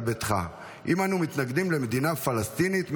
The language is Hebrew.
ביתך." אם אנו מתנגדים למדינה פלשתינית,